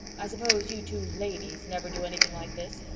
i suppose you two ladies never do anything like this.